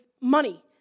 money